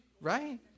right